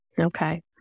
Okay